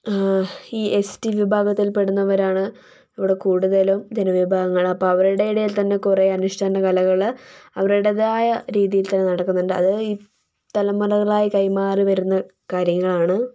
ഈ S T വിഭാഗത്തിൽപ്പെടുന്നവരാണ് ഇവിടെ കൂടുതലും വിഭാഗങ്ങൾ അപ്പോൾ അവരുടെ ഇടയിൽ തന്നെ കുറേ അനുഷ്ഠാന കലകൾ അവരുടേതായ രീതിയിൽ തന്നെ നടക്കുന്നുണ്ട് അത് തലമുറകളായി കൈമാറി വരുന്ന കാര്യങ്ങളാണ്